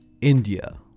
India